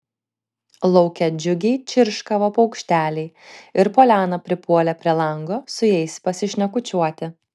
lauke džiugiai čirškavo paukšteliai ir poliana pripuolė prie lango su jais pasišnekučiuoti